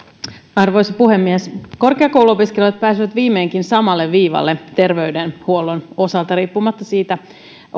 arvoisa puhemies korkeakouluopiskelijat pääsevät viimeinkin samalle viivalle terveydenhuollon osalta riippumatta siitä